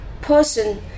person